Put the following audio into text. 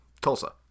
Tulsa